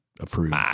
Approve